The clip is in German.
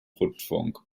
rundfunk